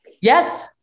Yes